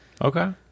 Okay